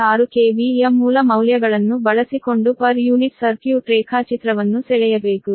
6 KV ಯ ಮೂಲ ಮೌಲ್ಯಗಳನ್ನು ಬಳಸಿಕೊಂಡು ಪರ್ ಯೂನಿಟ್ ಸರ್ಕ್ಯೂಟ್ ರೇಖಾಚಿತ್ರವನ್ನು ಸೆಳೆಯಬೇಕು